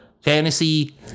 fantasy